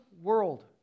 world